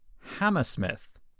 Hammersmith